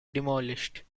demolished